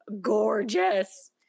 gorgeous